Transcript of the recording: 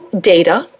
data